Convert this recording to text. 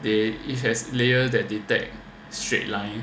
they it has layer that detect straight line